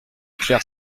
clair